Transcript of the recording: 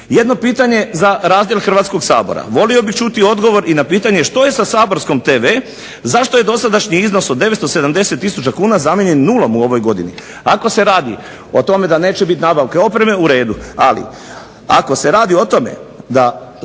Jedno pitanje za razdjel Hrvatskog sabora. Volio bih čuti odgovor i na pitanje što je sa saborskom tv, zašto je dosadašnji iznos od 970000 kuna zamijenjen nulom u ovoj godini. Ako se radi o tome da neće biti nabavke opreme u redu, ali ako se radi o tome da